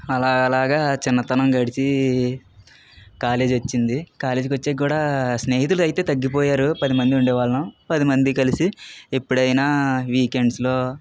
అలా అలాగా చిన్నతనం గడిచి కాలేజీ వచ్చింది కాలేజీకి వచ్చాక కూడా స్నేహితులు అయితే తగ్గిపోయారు పది మంది ఉండేవాళ్ళం పది మంది కలిసి ఎప్పుడైనా వీకెండ్స్లో